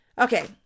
okay